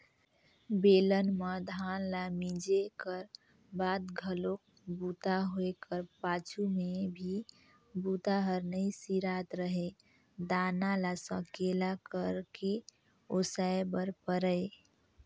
बेलन म धान ल मिंजे कर बाद घलोक बूता होए कर पाछू में भी बूता हर नइ सिरात रहें दाना ल सकेला करके ओसाय बर परय